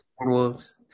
Wolves